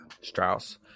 Strauss